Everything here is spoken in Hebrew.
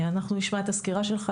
אנחנו נשמע את הסקירה שלך.